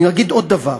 אני אגיד עוד דבר: